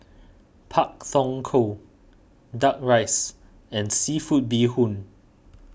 Pak Thong Ko Duck Rice and Seafood Bee Hoon